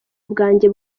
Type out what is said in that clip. bwanjye